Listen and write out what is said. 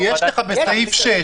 סעיף 6,